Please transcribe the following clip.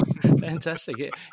Fantastic